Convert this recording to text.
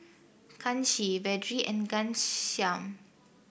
Kanshi Vedre and Ghanshyam